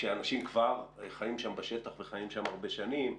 כשאנשים כבר חיים שם בשטח, וחיים שם הרבה שנים.